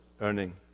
earning